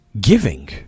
giving